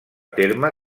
terme